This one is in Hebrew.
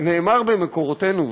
נאמר במקורותינו,